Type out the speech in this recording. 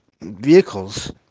vehicles